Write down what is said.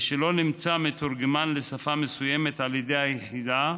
משלא נמצא מתורגמן לשפה מסוימת על ידי היחידה,